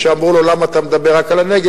כשאמרו לו: למה אתה מדבר רק על הנגב?